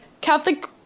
catholic